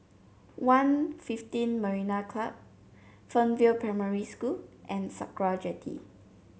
one fifteen Marina Club Fernvale Primary School and Sakra Jetty